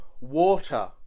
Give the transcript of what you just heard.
water